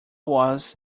was